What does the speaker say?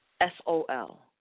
S-O-L